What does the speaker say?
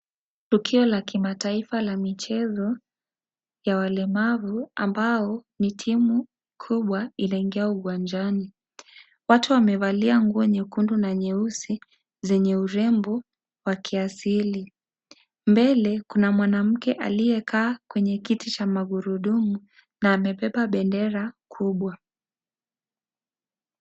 Tukio la kimataifa la michezo ya walemavu ambao ni timu kubwa iliingia uwanjani, watu wamevalia nguo nyekundu na nyeusi zenye urembo wa kiasili mbele kuna mwanamke aliyekaa kwenye kiti cha magurudumu na amebeba bendera kubwa.